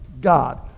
God